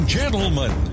gentlemen